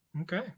Okay